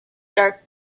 dark